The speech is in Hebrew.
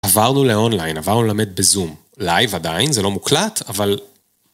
עברנו לאונליין, עברנו ללמד בזום. לייב עדיין, זה לא מוקלט, אבל...